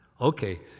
Okay